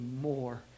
more